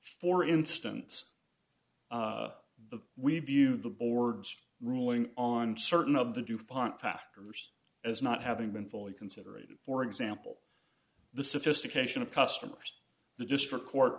for instance we view the board's ruling on certain of the du pont factors as not having been fully consideration for example the sophistication of customers the district court